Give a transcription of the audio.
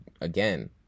again